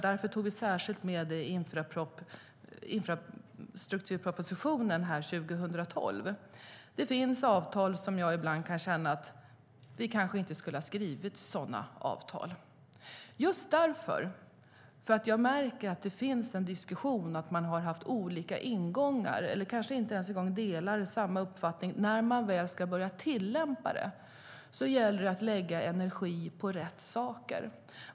Därför tog vi särskilt med det i infrastrukturpropositionen 2012. Det finns avtal som jag känner att vi kanske inte skulle ha skrivit eftersom diskussionerna visar att man har haft olika ingångar eller inte ens delat samma uppfattning, och när avtalet väl ska börja tillämpas gäller det att lägga energi på rätt saker.